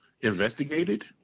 investigated